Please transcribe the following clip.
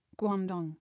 Guangdong